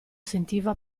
sentiva